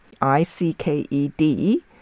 I-C-K-E-D